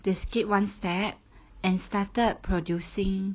they skip one step and started producing